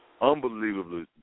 unbelievably